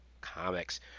comics